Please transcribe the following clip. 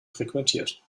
frequentiert